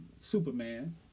Superman